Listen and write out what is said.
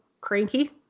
cranky